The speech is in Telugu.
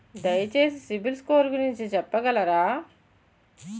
దయచేసి సిబిల్ స్కోర్ గురించి చెప్పగలరా?